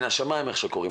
'מן השמיים'.